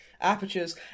apertures